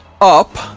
up